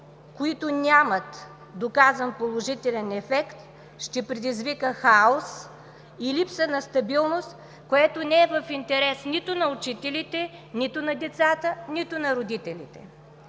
които нямат доказан положителен ефект, ще предизвикат хаос и липса на стабилност, което не е в интерес нито на учителите, нито на децата, нито на родителите.